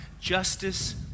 justice